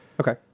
okay